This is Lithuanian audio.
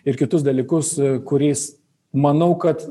ir kitus dalykus kuriais manau kad